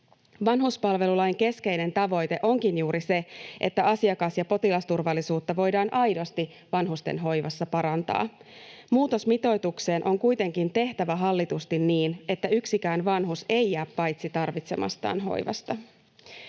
Vanhuspalvelulain keskeinen tavoite onkin juuri se, että asiakas- ja potilasturvallisuutta voidaan aidosti vanhustenhoivassa parantaa. Muutos mitoitukseen on kuitenkin tehtävä hallitusti niin, että yksikään vanhus ei jää paitsi tarvitsemastaan hoivasta.